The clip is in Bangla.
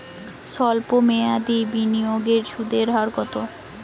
সল্প মেয়াদি বিনিয়োগের সুদের হার কত?